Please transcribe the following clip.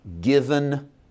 Given